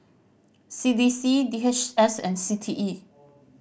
C D C D H S and C T E